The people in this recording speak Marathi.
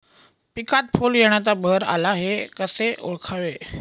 पिकात फूल येण्याचा बहर आला हे कसे ओळखावे?